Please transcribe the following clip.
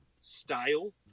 style